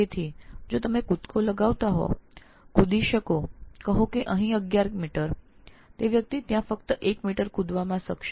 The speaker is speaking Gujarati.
આમ જો આપ કૂદકો મારો અને ધારો કે અહીં 11 મીટર કૂદી શકો છો તો ત્યાં ફક્ત 1 મીટર જ કૂદી શકશો